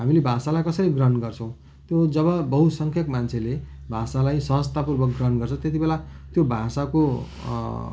हामीले भाषालाई कसरी ग्रहण गर्छौँ त्यो जब बहुसङ्ख्यक मान्छेले भाषालाई सहजतापूर्वक ग्रहण गर्छ त्यति बेला त्यो भाषाको